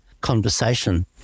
conversation